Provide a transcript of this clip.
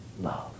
love